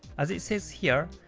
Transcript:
as it says here,